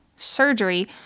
surgery